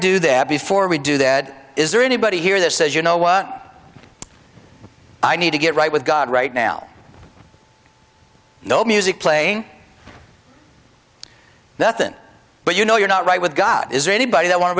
do that before we do that is there anybody here that says you know what i need to get right with god right now no music playing nothing but you know you're not right with god is there anybody that want to